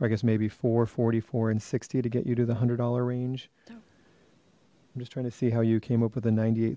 i guess maybe for forty four and sixty to get you to the hundred dollar range i'm just trying to see how you came up with a nine